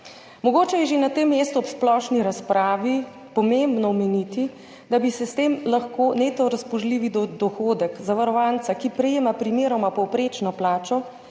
Mogoče je že na tem mestu ob splošni razpravi pomembno omeniti, da bi bil s tem lahko neto razpoložljivi dohodek zavarovanca, ki prejema primeroma povprečno plačo,